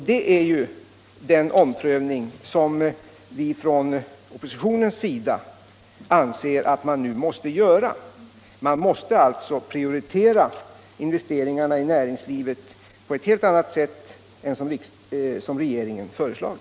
Det är den omprövningen som vi från oppositionens sida anser att man nu måste göra. Man måste alltså prioritera investeringarna i näringslivet på ett helt annat sätt än regeringen föreslagit.